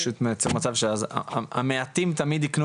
זה פשוט מייצר מצב שאז המעטים תמיד יקנו